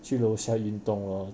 去楼下运动 lor